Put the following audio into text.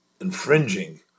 infringing